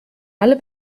alle